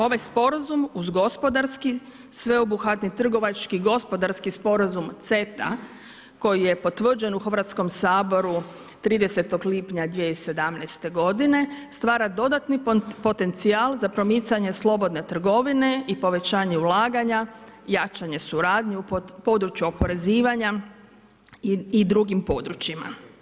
Ovaj sporazum uz gospodarski sveobuhvatni trgovački gospodarski Sporazum CETA koji je potvrđen u Hrvatskom saboru 30. lipnja 2017. godine stvara dodatni potencijal za promicanje slobodne trgovine i povećanje ulaganja, jačanje suradnje u području oporezivanja i drugim područjima.